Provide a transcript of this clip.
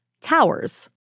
towers